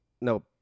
No